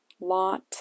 Lot